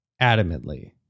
adamantly